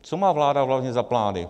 Co má vláda hlavně za plány?